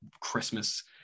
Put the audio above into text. Christmas